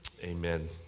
amen